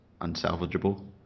unsalvageable